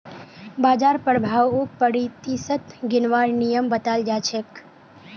बाजार प्रभाउक प्रतिशतत गिनवार नियम बताल जा छेक